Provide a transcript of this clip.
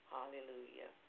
Hallelujah